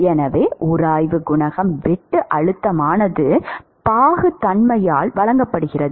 எனவே உராய்வு குணகம் வெட்டு அழுத்தமானது பாகுத்தன்மையால் வழங்கப்படுகிறது